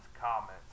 comments